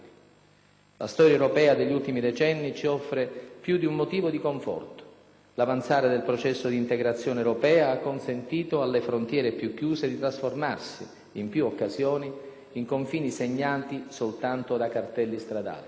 La storia europea degli ultimi decenni ci offre più di un motivo di conforto: l'avanzare del processo di integrazione europea ha consentito alle frontiere più chiuse di trasformarsi, in più occasioni, in confini segnati soltanto da cartelli stradali.